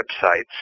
websites